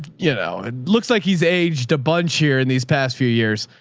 you know, it looks like he's aged a bunch here in these past few years.